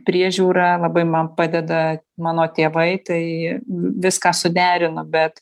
priežiūra labai man padeda mano tėvai tai viską suderino bet